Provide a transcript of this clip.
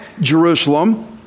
Jerusalem